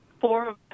four